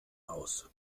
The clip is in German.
aus